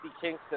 Kingston